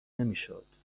نمیشد